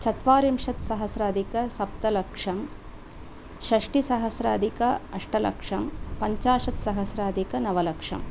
चत्वारिंशत्सहस्राधिकसप्तलक्षं षष्टिसहस्राधिक अष्टलक्षं पञ्चाशत्सहस्राधिकनवलक्षम्